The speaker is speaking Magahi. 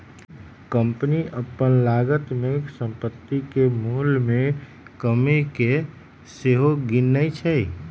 कंपनी अप्पन लागत में सम्पति के मोल में कमि के सेहो गिनै छइ